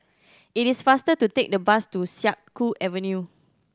it is faster to take the bus to Siak Kew Avenue